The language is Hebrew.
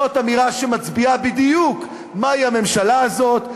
זאת אמירה שמצביעה בדיוק מהי הממשלה הזאת,